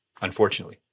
unfortunately